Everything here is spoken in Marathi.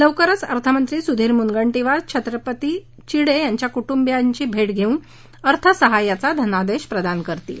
लवकरच अर्थमंत्री सुधीर मुनगंटीवार छत्रपती चिडे यांच्या कुटुंबियांची भेट घेवून अर्थसहाय्याचा धनादेश प्रदान करणार आहेत